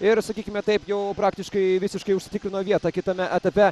ir sakykime taip jau praktiškai visiškai užsitikrino vietą kitame etape